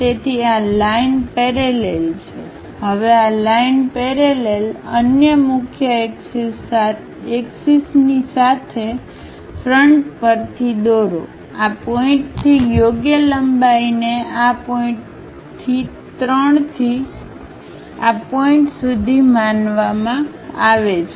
તેથી આ લાઇન પેરેલલછે હવે આ લાઇન પેરેલલ અન્ય મુખ્ય એક્સિસ ની સાથે ફ્રન્ટ પરથી દોરો આ પોઇન્ટ થી યોગ્ય લંબાઈને આ પોઇન્ટ થી 3 થી આ પોઇન્ટ સુધી માનવામાં આવે છે